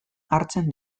hartzen